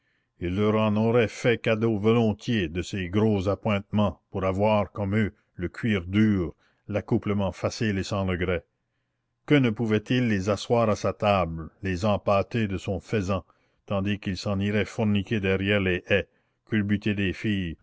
il leur en aurait fait cadeau volontiers de ses gros appointements pour avoir comme eux le cuir dur l'accouplement facile et sans regret que ne pouvait-il les asseoir à sa table les empâter de son faisan tandis qu'il s'en irait forniquer derrière les haies culbuter des filles